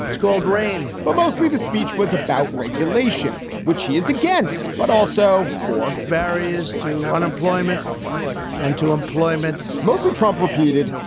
it's called rain but mostly the speech was about regulation, which he is against, but also for barriers to unemployment and to employment. mostly, trump repeated,